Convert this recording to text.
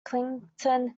kingston